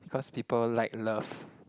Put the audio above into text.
cause people like love